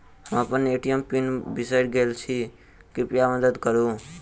हम अप्पन ATM pin बिसरि गेल छी कृपया मददि करू